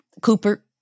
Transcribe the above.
Cooper